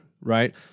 right